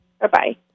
Bye-bye